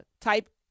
Type